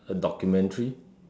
a documentary